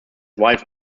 wife